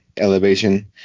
Elevation